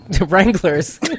wranglers